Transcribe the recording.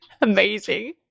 Amazing